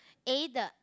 A the